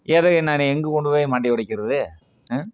எதையை நான் எங்கே கொண்டு போய் மண்டையை ஒடைக்கிறது ம்